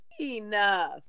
Enough